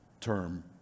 term